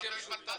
הייתם שותפים.